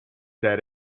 said